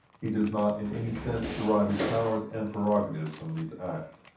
he does not, in any sense, derive his powers and prerogatives from these acts.